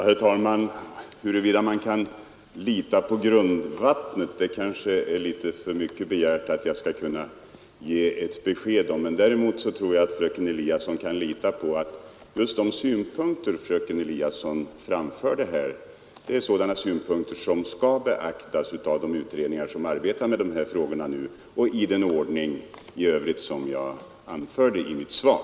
Herr talman! Det är kanske litet för mycket begärt att jag skall kunna ge besked om huruvida man kan lita på grundvattnet eller inte. Däremot kan fröken Eliasson lita på att de synpunkter hon här framfört just är sådana som skall beaktas av de utredningar som nu arbetar med dessa frågor och i den ordning i övrigt som jag har angivit i mitt svar.